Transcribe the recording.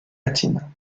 latine